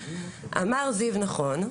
אמר זיו נכון,